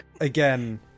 Again